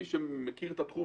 מי שמכיר את התחום,